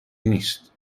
نیست